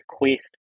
request